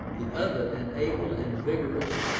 the other an able and vigourous,